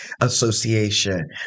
association